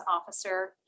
Officer